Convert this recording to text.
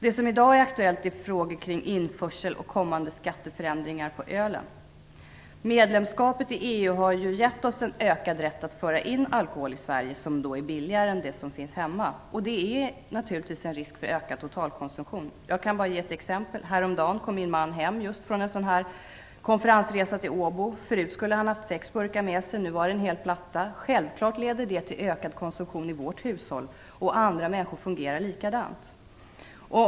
Det som i dag är aktuellt är frågor kring införsel och kommande förändringar av skatten på öl. Medlemskapet i EU har gett oss en ökad rätt att föra in alkohol i Sverige som är billigare än den som finns hemma. Det innebär naturligtvis en risk för ökad totalkonsumtion. Jag kan ge ett exempel. Häromdagen kom min man hem från en konferensresa till Åbo. Tidigare skulle han ha haft sex burkar med sig hem. Nu hade han en hel platta. Självfallet leder det till en ökad konsumtion i vårt hushåll. Andra människor fungerar likadant.